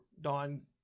don